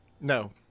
No